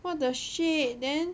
what the shit then